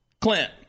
Clint